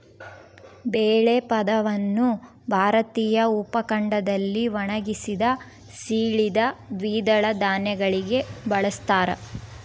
ಬೇಳೆ ಪದವನ್ನು ಭಾರತೀಯ ಉಪಖಂಡದಲ್ಲಿ ಒಣಗಿಸಿದ, ಸೀಳಿದ ದ್ವಿದಳ ಧಾನ್ಯಗಳಿಗೆ ಬಳಸ್ತಾರ